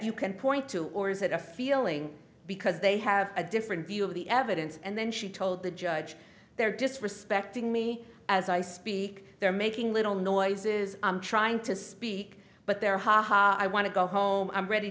you can point to or is it a feeling because they have a different view of the evidence and then she told the judge they're disrespecting me as i speak they're making little noises i'm trying to speak but there haha i want to go home i'm ready